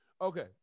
Okay